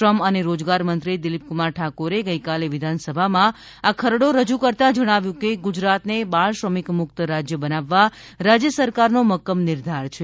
શ્રમ અને રોજગારમંત્રી દિલીપકુમાર ઠાકોરે ગઈકાલે વિધાનસભામાં આ ખરડો રજૂ કરતાં જણાવ્યું હતું કે ગુજરાતને બાળ શ્રમિક મુક્ત રાજ્ય બનાવવા રાજ્ય સરકારનો મક્કમ નિર્ધાર છે